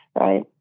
right